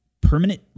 permanent